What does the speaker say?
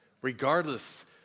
regardless